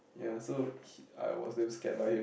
ya so he I was damn scared by him